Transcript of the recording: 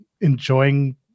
enjoying